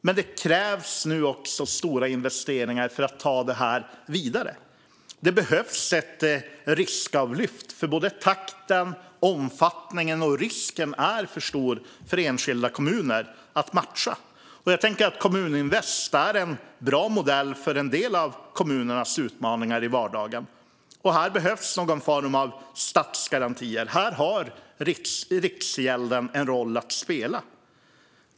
Men det krävs nu också stora investeringar för att ta detta vidare. Det behövs ett riskavlyft, för både takten, omfattningen och risken är för stora för enskilda kommuner att matcha. Jag tänker att Kommuninvest är en bra modell för en del av kommunernas utmaningar i vardagen. Här behövs någon form av statsgarantier, och här har Riksgälden en roll att spela.